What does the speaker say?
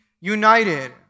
united